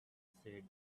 said